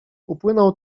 upłynął